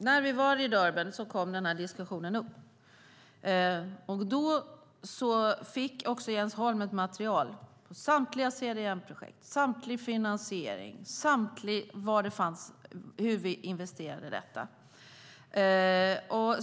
Herr talman! Den här diskussionen kom upp när vi var i Durban. Då fick också Jens Holm ett material som visade samtliga CDM-projekt, samtlig finansiering och hur vi investerar i detta.